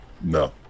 No